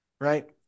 Right